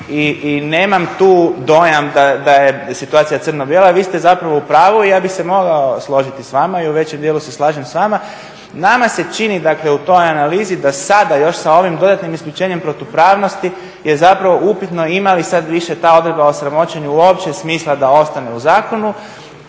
i nemam tu dojam da je situacija crno-bijela i vi ste zapravo u pravu i ja bih se mogao složiti s vama i u većem dijelu se slažem s vama. Nama se čini dakle u toj analizi da sada još sa ovim dodatnim isključenjem protupravnosti je zapravo upitno ima li sada više ta odredba o sramoćenju uopće smisla da ostane u zakonu